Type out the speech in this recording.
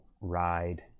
ride